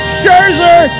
Scherzer